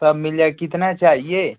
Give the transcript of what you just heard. सब मिल जाएगा कितना चाहिए